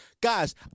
Guys